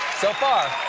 so far.